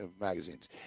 magazines